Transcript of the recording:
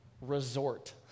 resort